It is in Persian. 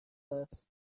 است